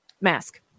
mask